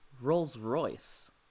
Rolls-Royce